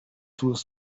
two